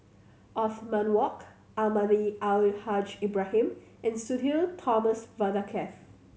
Othman Wok Almahdi Al Haj Ibrahim and Sudhir Thomas Vadaketh